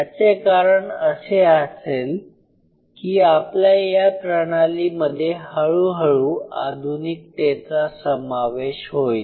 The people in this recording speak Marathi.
याचे कारण असे असेल की आपल्या या प्रणालीमध्ये हळूहळू आधुनिकतेचा समावेश होईल